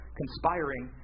conspiring